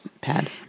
pad